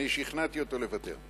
אני שכנעתי אותו לוותר.